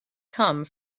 come